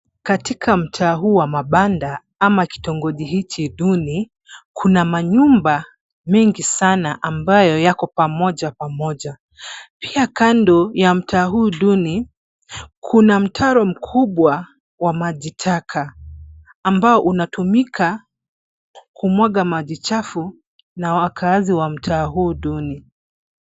Katika mtaa huu wa mabanda ama kitongoji hiki duni kuna manyumba mengi sana ambayo yako pamoja kwa moja. Pia kando ya mtaa huu duni, kuna mtaro mkubwa wa maji taka ambao unatumika kumwaga maji chafu na wakaazi wa mtaa huuduni.